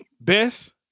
Best